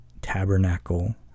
tabernacle